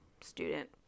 student